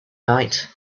night